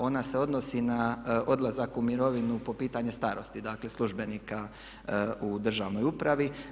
Ona se odnosi na odlazak u mirovinu po pitanje starosti, dakle službenika u državnoj upravi.